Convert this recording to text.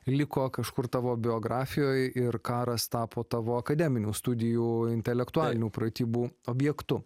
liko kažkur tavo biografijoj ir karas tapo tavo akademinių studijų intelektualinių pratybų objektu